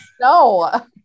no